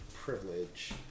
privilege